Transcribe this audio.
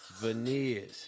veneers